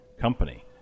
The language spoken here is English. company